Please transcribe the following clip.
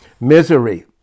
Misery